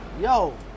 Yo